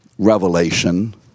revelation